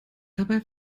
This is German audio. dabei